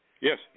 Yes